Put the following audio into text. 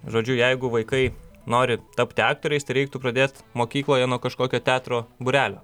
žodžiu jeigu vaikai nori tapti aktoriais tai reiktų pradėt mokykloje nuo kažkokio teatro būrelio